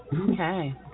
Okay